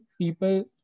people